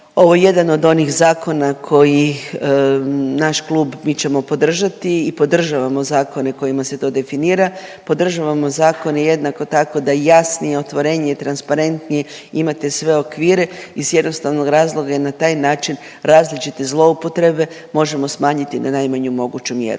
ovo jedan od onih zakona koji naš klub, mi ćemo podržati i podržavamo zakone kojima se to definira, podržavamo zakone jednako tako da jasnije, otvorenije i transparentnije imate sve okvire iz jednostavnog razloga jer na taj način različite zloupotrebe možemo smanjiti na najmanju moguću mjeru.